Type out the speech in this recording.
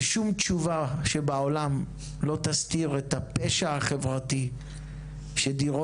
ושום תשובה שבעולם לא תסתיר את הפשע החברתי שדירות